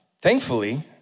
Thankfully